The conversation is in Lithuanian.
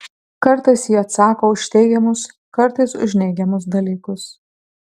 kartais ji atsako už teigiamus kartais už neigiamus dalykus